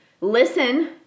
listen